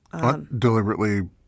Deliberately